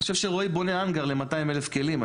אני חושב שרועי בונה האנגר ל-200 אלף כלים.